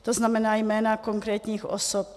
To znamená jména konkrétních osob.